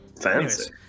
Fancy